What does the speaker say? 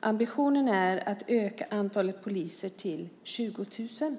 Ambitionen är att öka antalet poliser till 20 000.